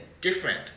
different